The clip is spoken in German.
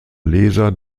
leser